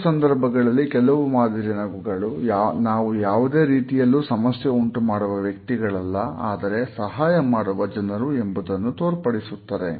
ಕೆಲವು ಸಂದರ್ಭಗಳಲ್ಲಿ ಕೆಲವು ಮಾದರಿಯ ನಗು ಗಳು ನಾವು ಯಾವುದೇ ರೀತಿಯಲ್ಲೂ ಸಮಸ್ಯೆ ಉಂಟುಮಾಡುವ ವ್ಯಕ್ತಿಗಳಲ್ಲ ಆದರೆ ಸಹಾಯಮಾಡುವ ಜನರು ಎಂಬುದನ್ನು ತೋರ್ಪಡಿಸುತ್ತದೆ